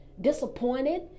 disappointed